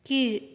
கீழ்